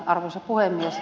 arvoisa puhemies